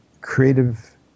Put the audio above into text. creative